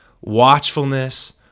watchfulness